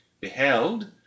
Beheld